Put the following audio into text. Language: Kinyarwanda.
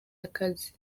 akazi